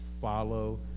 Follow